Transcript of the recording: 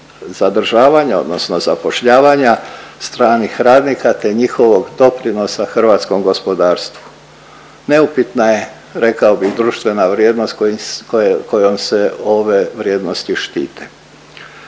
zadržavanja odnosno zapošljavanja stranih radnika te njihovog doprinosa hrvatskom gospodarstvu. Neupitna je, rekao bih, društvena vrijednost kojom se ove vrijednosti štite.